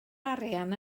arian